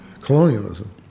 colonialism